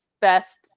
best